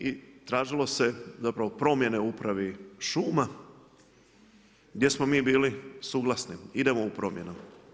I tražilo se zapravo promjene u upravi šuma gdje smo mi bili suglasni idemo u promjenama.